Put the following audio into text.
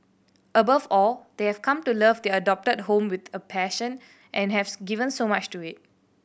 above all they have come to love their adopted home with a passion and haves given so much to it